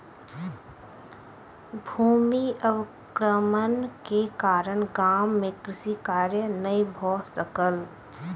भूमि अवक्रमण के कारण गाम मे कृषि कार्य नै भ सकल